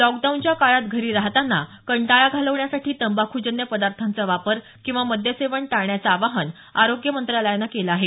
लॉकडाऊनच्या काळात घरी राहताना कंटाळा घालवण्यासाठी तंबाखूजन्य पदार्थांचा वापर किंवा मद्यसेवन टाळण्याचं आवाहन आरोग्य मंत्रालयानं केलं आहे